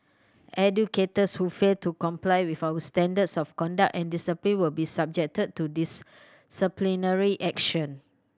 educators who fail to comply with our standards of conduct and discipline will be subjected to disciplinary action